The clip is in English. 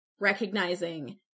recognizing